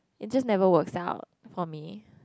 it just never works out for me